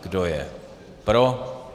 Kdo je pro?